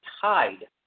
tied